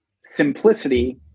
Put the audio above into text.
simplicity